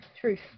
Truth